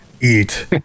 eat